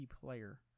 player